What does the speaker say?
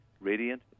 Radiant